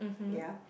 ya